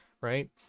right